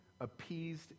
appeased